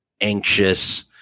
anxious